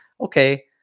okay